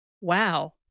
Wow